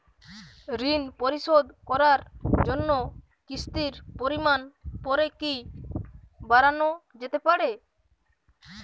ঋন পরিশোধ করার জন্য কিসতির পরিমান পরে কি বারানো যেতে পারে?